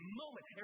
moment